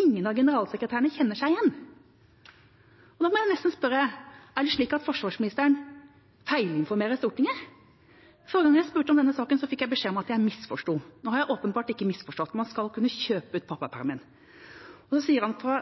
Ingen av generalsekretærene kjenner seg igjen. Da må jeg nesten spørre: Er det slik at forsvarsministeren feilinformerer Stortinget? Forrige gang jeg spurte om denne saken, fikk jeg beskjed om at jeg misforsto. Nå har jeg åpenbart ikke misforstått. Man skal kunne kjøpe ut pappapermen. Og så sier han i